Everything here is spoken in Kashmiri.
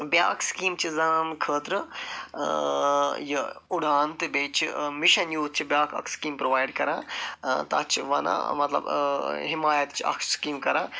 بیٛاکھ سِکیٖم چھِ زنانن خٲطرٕ یہِ اُڑان تہِ بییٚہِ چھِ مِشن یوٗتھ چھِ بیٛاکھ اَکھ سِکیٖم پرٛووایڈ کَران تتھ چھِ ونان مطلب حِمایت چھِ اکھ سِکیٖم کَران